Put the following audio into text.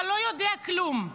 אתה לא יודע כלום.